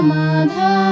Madha